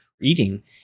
eating